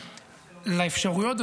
לאפשרויות,